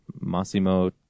Massimo